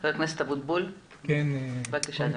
ח"כ אבוטבול בבקשה.